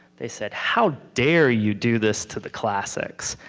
they said, how dare you do this to the classics?